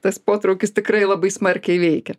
tas potraukis tikrai labai smarkiai veikia